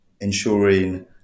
ensuring